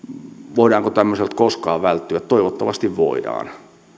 voidaanko tämmöiseltä koskaan välttyä toivottavasti voidaan